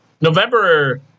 November